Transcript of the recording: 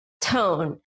tone